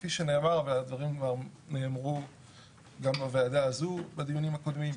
כפי שנאמר והדברים כבר נאמרו גם בוועדה הזאת בדיונים הקודמים.